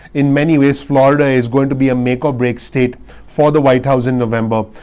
in many ways, florida is going to be a make or break state for the white house in november.